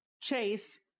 Chase